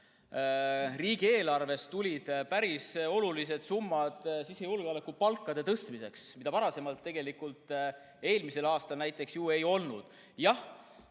Riigieelarvest tulid päris olulised summad sisejulgeolekus palkade tõstmiseks, mida varasemalt tegelikult, eelmisel aastal näiteks, ju ei olnud. Jah,